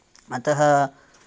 अतः